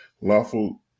lawful